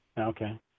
okay